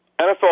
NFL